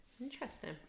Interesting